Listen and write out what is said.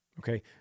Okay